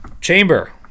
Chamber